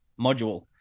module